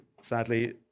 Sadly